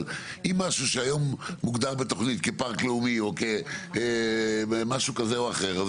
אבל אם משהו שהיום מוגדר בתוכנית כפארק לאומי או משהו כזה או אחר,